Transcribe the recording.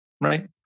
right